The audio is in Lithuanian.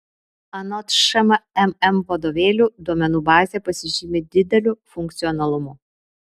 anot šmm vadovėlių duomenų bazė pasižymi dideliu funkcionalumu